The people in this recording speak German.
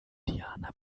indianer